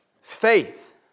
Faith